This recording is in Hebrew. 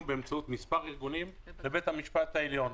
באמצעות מספר ארגונים לבית המשפט העליון.